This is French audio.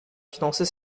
financer